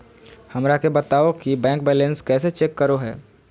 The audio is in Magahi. हमरा के बताओ कि बैंक बैलेंस कैसे चेक करो है?